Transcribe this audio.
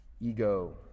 Ego